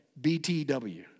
BTW